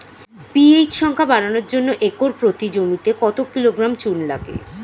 PH সংখ্যা বাড়ানোর জন্য একর প্রতি জমিতে কত কিলোগ্রাম চুন লাগে?